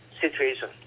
situation